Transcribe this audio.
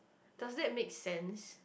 does that make sense